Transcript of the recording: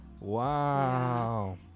Wow